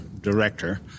director